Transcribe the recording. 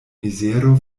mizero